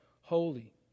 holy